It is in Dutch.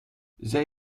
zij